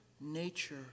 Nature